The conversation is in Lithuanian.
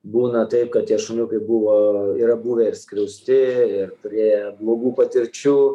būna taip kad tie šuniukai buvo yra buvę ir skriausti ir turėję blogų patirčių